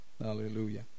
Hallelujah